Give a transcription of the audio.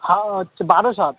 হা হচ্চে বারাসাত